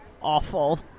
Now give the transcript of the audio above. awful